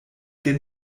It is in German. gen